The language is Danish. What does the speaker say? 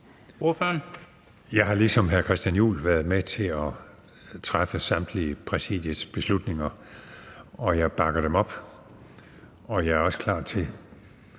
Jeg har, ligesom hr. Christian Juhl, været med til at træffe samtlige præsidiets beslutninger, og jeg bakker dem op, og jeg er også klar til